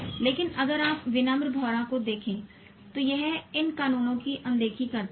लेकिन अगर आप विनम्र भौंरा को देखें तो यह इन कानूनों की अनदेखी करता है